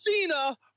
Cena